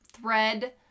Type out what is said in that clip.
thread